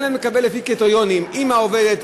תן להם לקבל לפי קריטריונים: אימא עובדת,